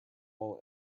all